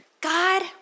God